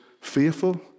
fearful